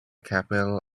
capital